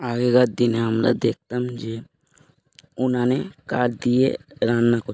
আগেকার দিনে আমরা দেখতাম যে উনানে কাঠ দিয়ে রান্না করত